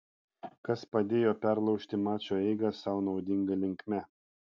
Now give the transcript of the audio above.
kas padėjo perlaužti mačo eigą sau naudinga linkme